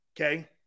Okay